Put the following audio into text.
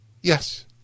Yes